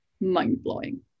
mind-blowing